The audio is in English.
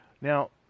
Now